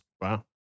Wow